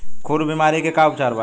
खुर बीमारी के का उपचार बा?